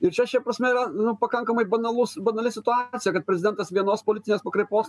ir čia šia prasme yra nu pakankamai banalus banali situacija kad prezidentas vienos politinės pakraipos